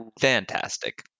fantastic